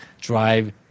drive